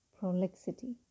Prolixity